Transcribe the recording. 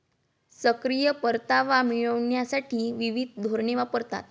सक्रिय परतावा मिळविण्यासाठी विविध धोरणे वापरतात